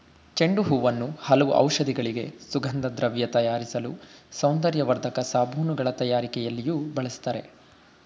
ಚೆಂಡು ಹೂವನ್ನು ಹಲವು ಔಷಧಿಗಳಿಗೆ, ಸುಗಂಧದ್ರವ್ಯ ತಯಾರಿಸಲು, ಸೌಂದರ್ಯವರ್ಧಕ ಸಾಬೂನುಗಳ ತಯಾರಿಕೆಯಲ್ಲಿಯೂ ಬಳ್ಸತ್ತರೆ